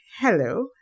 hello